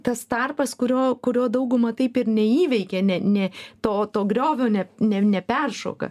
tas tarpas kurio kurio dauguma taip ir neįveikia ne ne to to griovio ne ne neperšoka